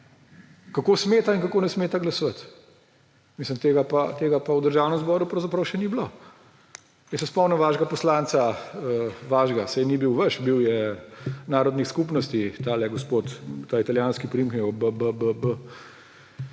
kako smeta in kako ne smeta glasovati. Tega pa v Državnem zboru pravzaprav še ni bilo. Jaz se spomnim vašega poslanca, vašega, saj ni bil vaš, bil je poslanec narodnih skupnosti, tale gospod … italijanski priimek je imel, B …